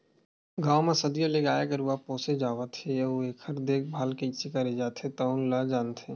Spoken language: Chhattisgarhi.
गाँव म सदियों ले गाय गरूवा पोसे जावत हे अउ एखर देखभाल कइसे करे जाथे तउन ल जानथे